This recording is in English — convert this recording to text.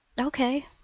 Okay